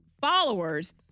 followers